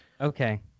Okay